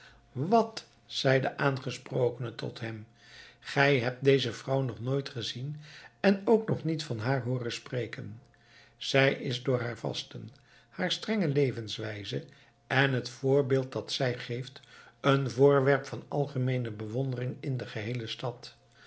wat zei de aangesprokene tot hem gij hebt deze vrouw nog nooit gezien en ook niet van haar hooren spreken zij is door haar vasten haar strenge levenswijze en het voorbeeld dat zij geeft een voorwerp van algemeene bewondering in de geheele stad